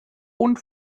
und